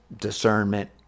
discernment